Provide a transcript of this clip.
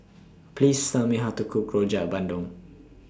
Please Tell Me How to Cook Rojak Bandung